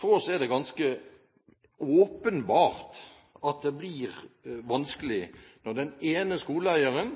For oss er det ganske åpenbart at det blir vanskelig når den ene skoleeieren